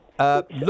Look